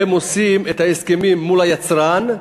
הם עושים את ההסכמים מול היצרן,